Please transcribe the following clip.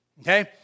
okay